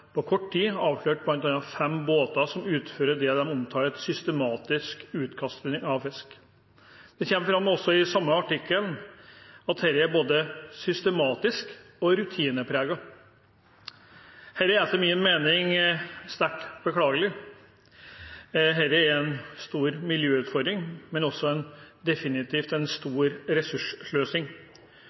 på kort tid har avslørt bl.a. fem båter som utfører det de omtaler som «systematisk utkasting av fisk». Det kommer fram i samme artikkel at dette er «rutinepreget». Det er etter min mening sterkt beklagelig. Dette er en stor miljøutfordring, men også definitivt en stor